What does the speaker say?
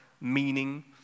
meaning